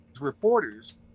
reporters